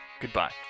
goodbye